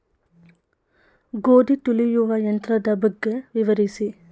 ಗೋಧಿ ತುಳಿಯುವ ಯಂತ್ರದ ಬಗ್ಗೆ ವಿವರಿಸಿ?